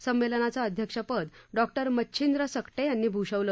संमेलनाचं अध्यक्षपद डॉक्टर मच्छिंद्र सकटे यांनी भूषवलं